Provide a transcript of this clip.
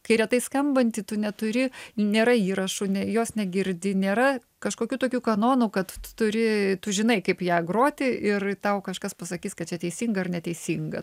kai retai skambanti tu neturi nėra įrašų ne jos negirdi nėra kažkokių tokių kanonų kad tu turi tu žinai kaip ją groti ir tau kažkas pasakys kad čia teisinga ar neteisinga